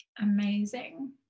Amazing